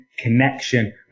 connection